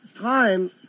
Time